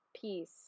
peace